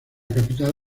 capital